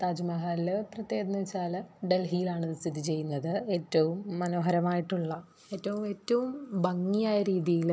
താജ് മഹൽ പ്രത്യേകതയെന്നു വെച്ചാൽ ഡൽഹിയിലാണിതു സ്ഥിതി ചെയ്യുന്നത് ഏറ്റവും മനോഹരമായിട്ടുള്ള ഏറ്റവും ഏറ്റവും ഭംഗിയായ രീതിയിൽ